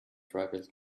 driver